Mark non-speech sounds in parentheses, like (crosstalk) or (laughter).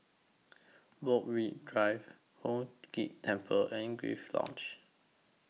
Borthwick Drive (unintelligible) Ghee Temple and Grace Lodge